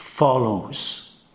Follows